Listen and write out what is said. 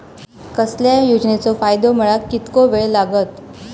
कसल्याय योजनेचो फायदो मेळाक कितको वेळ लागत?